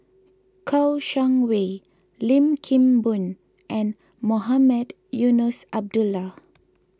Kouo Shang Wei Lim Kim Boon and Mohamed Eunos Abdullah